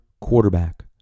quarterback